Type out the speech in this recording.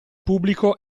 pubblico